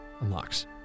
unlocks